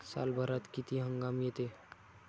सालभरात किती हंगाम येते?